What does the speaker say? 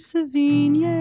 Savigny